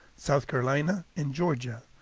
south carolina and georgia,